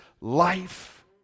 life